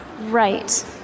Right